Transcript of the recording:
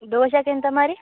దోశకి ఎంత మరి